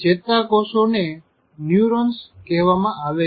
ચેતા કોષો ને ન્યૂરોન્સ કેહવમાં આવે છે